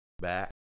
back